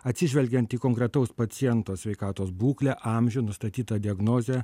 atsižvelgiant į konkretaus paciento sveikatos būklę amžių nustatytą diagnozę